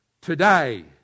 today